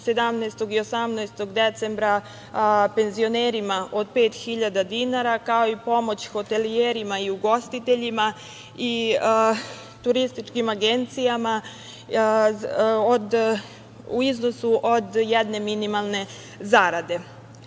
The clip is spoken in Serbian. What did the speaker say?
17. i 18. decembra penzionerima od 5.000 dinara, kao i pomoć hotelijerima i ugostiteljima i turističkim agencijama u iznosu od jedne minimalne zarade. Pored